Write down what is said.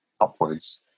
upwards